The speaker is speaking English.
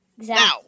Now